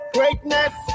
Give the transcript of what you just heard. Greatness